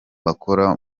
bakora